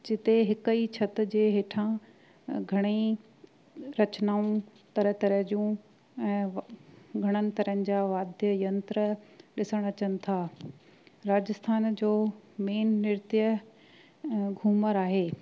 जिते हिक ई छत जे हेठां घणेई रचनाऊं तरह तरह जूं ऐं घणनि तरह जा वाद्य यंत्र ॾिसण अचनि था राजस्थान जो मेन नृत्य घूमर आहे